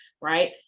right